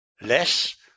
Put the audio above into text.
less